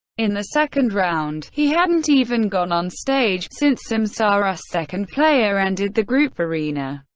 in the second round, he hadn't even gone onstage, since samsara's second player ended the group arena.